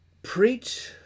Preach